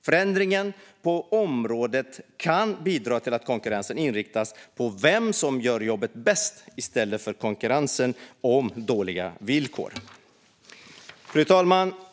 Förändringen på området kan bidra till att konkurrensen inriktas på vem som gör jobbet bäst i stället för att man konkurrerar med dåliga villkor. Fru talman!